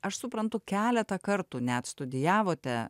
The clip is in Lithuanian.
aš suprantu keletą kartų net studijavote